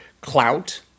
clout